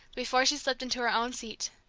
before she slipped into her own seat.